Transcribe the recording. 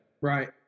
right